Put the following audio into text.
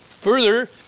Further